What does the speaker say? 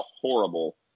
horrible